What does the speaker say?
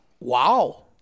Wow